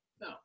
No